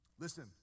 Listen